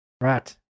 Right